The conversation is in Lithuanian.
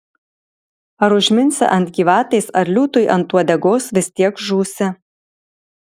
ar užminsi ant gyvatės ar liūtui ant uodegos vis tiek žūsi